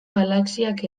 galaxiak